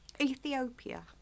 Ethiopia